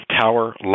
Tower